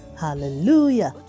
hallelujah